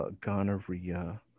gonorrhea